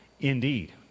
indeed